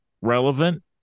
relevant